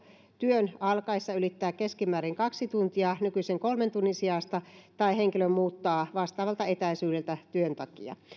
työn alkaessa ylittää keskimäärin kaksi tuntia nykyisen kolmen tunnin sijasta tai henkilö muuttaa vastaavalta etäisyydeltä työn takia